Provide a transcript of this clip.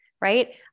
right